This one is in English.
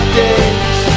days